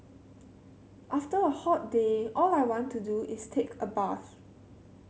after a hot day all I want to do is take a bath